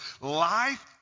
life